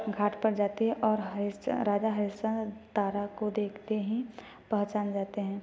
घाट पर जाती है और राजा हरिश्चंद्र तारा को देखते हीं पहचान जाते हैं